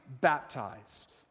baptized